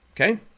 Okay